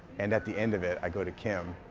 and, at the end of it, i go to kim,